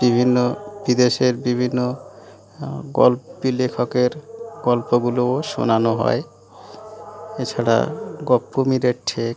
বিভিন্ন বিদেশের বিভিন্ন গল্প লেখকের গল্পগুলোও শোনানো হয় এছাড়া গপ্পো মীরের ঠেক